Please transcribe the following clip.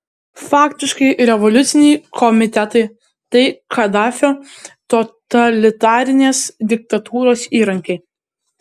faktiškai revoliuciniai komitetai tai kadafio totalitarinės diktatūros įrankiai